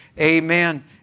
Amen